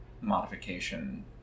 modification